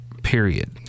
Period